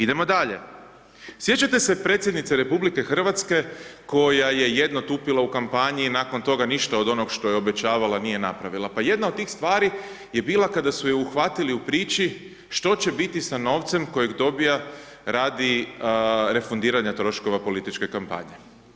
Idemo dalje, sjećate se predsjednice RH, koja je jedno tupila u kampanji, nakon toga ništa od onoga što je obećavala nije napravila pa jedna od tih stvari je bila kada su ju uhvatili u prići, što će biti sa novcem kojeg dobiva radi refundiranja troškova političke kampanje.